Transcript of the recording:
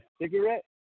cigarette